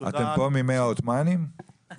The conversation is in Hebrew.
עותמאן.